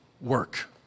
work